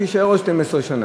שיישאר עוד 12 שנה.